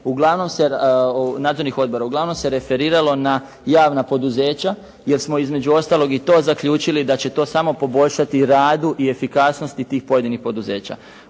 Uglavnom se referiralo na javna poduzeća jer smo između ostalog i to zaključili da će to samo poboljšati radu i efikasnosti tih pojedinih poduzeća.